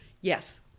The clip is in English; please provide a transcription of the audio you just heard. yes